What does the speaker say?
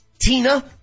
Tina